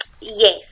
Yes